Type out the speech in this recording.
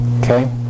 okay